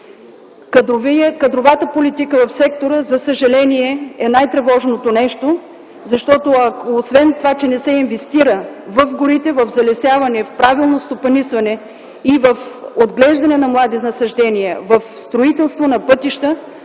Кадровата политика в сектора е най-тревожното нещо, защото освен това, че не се инвестира в залесяване на горите, в правилното стопанисване или в отглеждане на млади насаждения, в строителство на пътища,